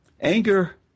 Anger